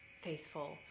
faithful